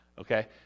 Okay